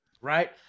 Right